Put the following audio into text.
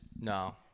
No